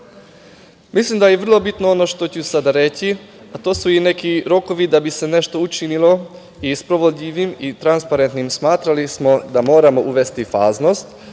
da je vrlo bitno ono što ću sada reći, a to su i neki rokovi da bi se nešto učinilo i sprovodljivim i transparentnim, smatrali smo da moramo uvesti faznost,